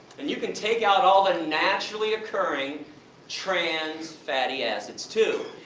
and you can take out all the naturally occurring trans fatty acids too.